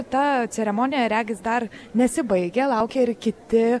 ta ceremonija regis dar nesibaigia laukia kiti